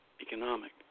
economic